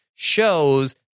shows